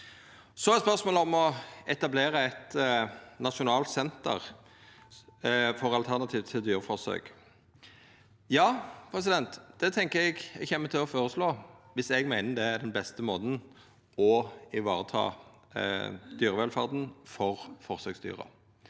Så er det spørsmål om å etablera eit nasjonalt senter for alternativ til dyreforsøk. Ja, det tenkjer eg at eg kjem til å føreslå viss eg meiner det er den beste måten å vareta dyrevelferda for forsøksdyra.